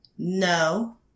No